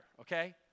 okay